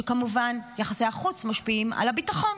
כשכמובן יחסי החוץ משפיעים על הביטחון.